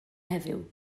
heddiw